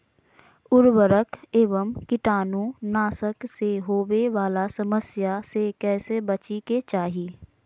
उर्वरक एवं कीटाणु नाशक से होवे वाला समस्या से कैसै बची के चाहि?